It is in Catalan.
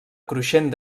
cruixent